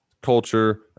culture